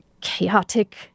chaotic